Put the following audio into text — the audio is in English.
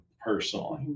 personally